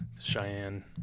cheyenne